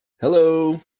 Hello